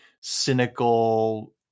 cynical